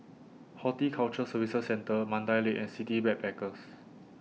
Horticulture Services Centre Mandai Lake and City Backpackers